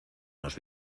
nos